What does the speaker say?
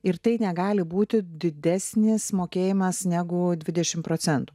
ir tai negali būti didesnis mokėjimas negu dvidešim procentų